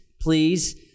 Please